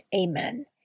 Amen